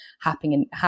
happening